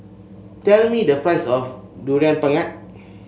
tell me the price of Durian Pengat